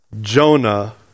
Jonah